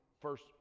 first